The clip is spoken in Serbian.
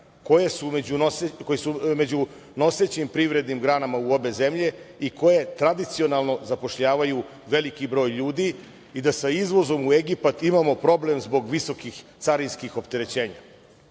koje su među nosećim privrednim granama u obe zemlje i koje tradicionalno zapošljavaju veliki broj ljudi i da sa izvozom u Egipat imamo problem zbog visokih carinskih opterećenja. Ta